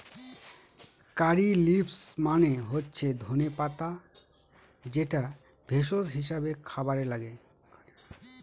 কারী leaves মানে হচ্ছে ধনে পাতা যেটা ভেষজ হিসাবে খাবারে লাগে